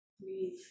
breathe